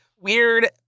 weird